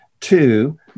Two